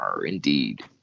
Indeed